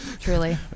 truly